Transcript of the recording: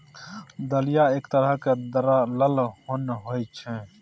दलिया एक तरहक दरलल ओन होइ छै